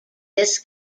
this